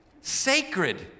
Sacred